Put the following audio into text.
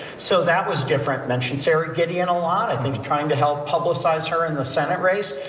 so that was different mentioned sarah gideon a lot i think trying to help publicize her in the senate race.